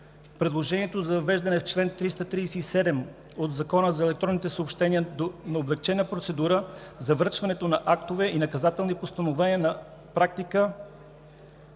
Предложението за въвеждане в чл. 337 от Закона за електронните съобщения на облекчена процедура за връчването на актове и наказателни постановления на практика